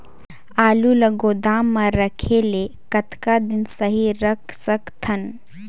आलू ल गोदाम म रखे ले कतका दिन सही रख सकथन?